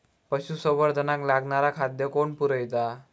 पशुसंवर्धनाक लागणारा खादय कोण पुरयता?